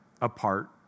apart